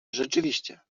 rzeczywiście